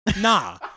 Nah